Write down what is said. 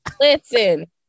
listen